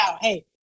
hey